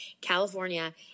California